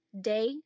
day